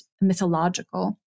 mythological